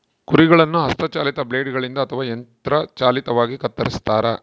ಕುರಿಗಳನ್ನು ಹಸ್ತ ಚಾಲಿತ ಬ್ಲೇಡ್ ಗಳಿಂದ ಅಥವಾ ಯಂತ್ರ ಚಾಲಿತವಾಗಿ ಕತ್ತರಿಸ್ತಾರ